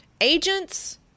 agents